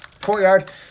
courtyard